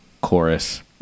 chorus